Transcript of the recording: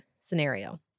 scenario